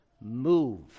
move